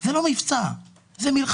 זה לא מבצע, זה מלחמה.